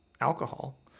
alcohol